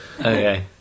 okay